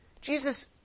Jesus